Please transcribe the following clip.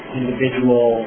individual